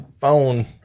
phone